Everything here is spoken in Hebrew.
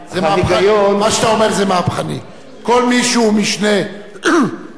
כל מי שהוא משנה לראש ממשלה 35 שנה צריך לקבל תקציבית.